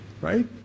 right